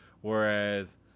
Whereas